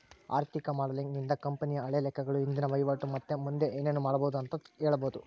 ಆರ್ಥಿಕ ಮಾಡೆಲಿಂಗ್ ನಿಂದ ಕಂಪನಿಯ ಹಳೆ ಲೆಕ್ಕಗಳು, ಇಂದಿನ ವಹಿವಾಟು ಮತ್ತೆ ಮುಂದೆ ಏನೆನು ಮಾಡಬೊದು ಅಂತ ಹೇಳಬೊದು